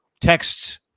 Texts